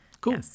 Cool